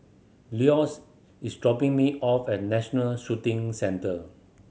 Leonce is dropping me off at National Shooting Centre